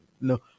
no